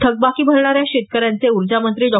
थकबाकी भरणाऱ्या शेतकऱ्यांचे ऊर्जामंत्री डॉ